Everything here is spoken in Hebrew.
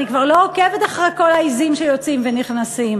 אני כבר לא עוקבת אחרי כל העזים שמוציאים ומכניסים.